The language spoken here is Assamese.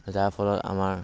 যাৰ ফলত আমাৰ